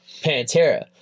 Pantera